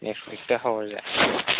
next ꯋꯤꯛꯇ ꯍꯧꯔꯁꯦ